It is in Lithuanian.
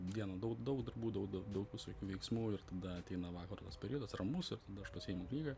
dieną daug daug darbų daug daug daug visokių veiksmų ir tada ateina vakaro tas periodas ramus tada aš pasiimu knygą